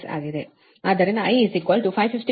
ಆದ್ದರಿಂದ I 551